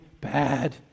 bad